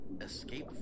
Escape